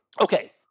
Okay